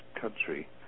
country